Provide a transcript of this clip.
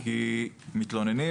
מזה שיש תלונות,